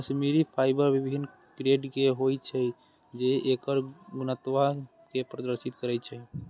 Kashmiri fibre विभिन्न grade के होइ छै, जे एकर गुणवत्ता कें प्रदर्शित करै छै